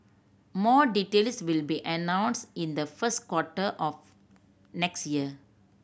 more details will be announced in the first quarter of next year